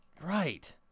Right